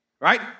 right